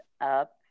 up